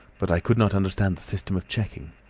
but i could not understand the system of checking.